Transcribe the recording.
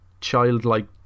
childlike